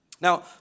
Now